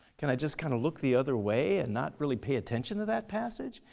can i just kind of look the other way and not really pay attention to that passage?